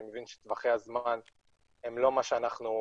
אני מבין שטווחי הזמן הם לא מה שאנחנו,